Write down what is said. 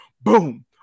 boom